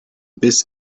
biss